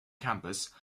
campus